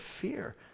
fear